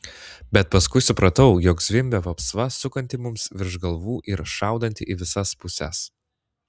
bet paskui supratau jog zvimbia vapsva sukanti mums virš galvų ir šaudanti į visas puses